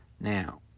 Now